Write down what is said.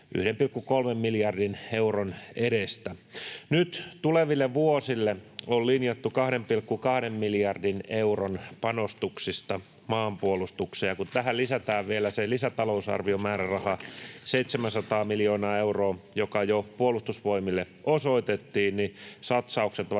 1,3 miljardin euron edestä. Nyt tuleville vuosille on linjattu 2,2 miljardin euron panostuksista maanpuolustukseen, ja kun tähän lisätään vielä se lisätalousarviomääräraha 700 miljoonaa euroa, joka jo Puolustusvoimille osoitettiin, niin satsaukset ovat